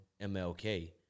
MLK